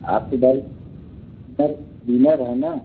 आप तो भाइ विन बिनर है न